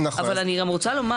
אני חייבת לומר